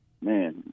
man